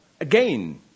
again